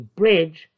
bridge